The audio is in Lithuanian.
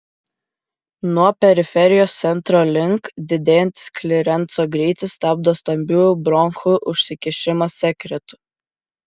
nuo periferijos centro link didėjantis klirenso greitis stabdo stambiųjų bronchų užsikišimą sekretu